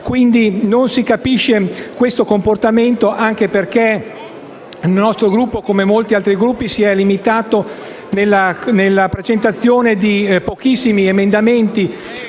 Non si comprende questo comportamento, anche perché il nostro Gruppo, come molti Gruppi, si è limitato alla presentazione di pochissimi emendamenti,